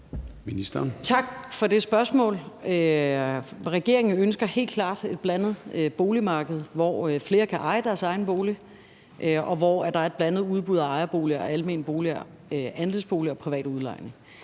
Tak for det spørgsmål. Regeringen ønsker helt klart et blandet boligmarked, hvor flere kan eje deres egen bolig, og hvor der er et blandet udbud af ejerboliger, almene boliger, andelsboliger og privat udlejning.